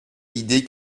l’idée